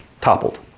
toppled